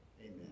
Amen